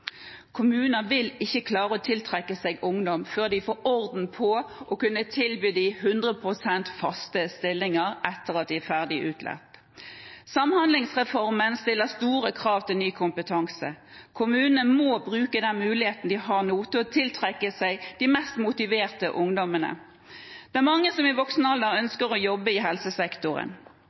vil ikke klare å tiltrekke seg ungdom før de får orden på dette og kan tilby dem faste 100 pst.-stillinger etter at de er ferdig utlært. Samhandlingsreformen stiller store krav til ny kompetanse. Kommunene må bruke den muligheten de nå har til å tiltrekke seg de mest motiverte ungdommene. Det er mange som i voksen alder ønsker å jobbe i helsesektoren.